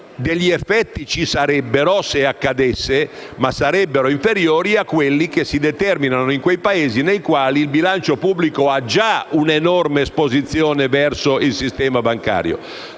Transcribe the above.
degli effetti ci sarebbero se ciò accadesse, ma sarebbero inferiori a quelli che si determinano in quei Paesi nei quali il bilancio pubblico ha già un'enorme esposizione verso il sistema bancario.